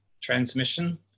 transmission